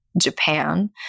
Japan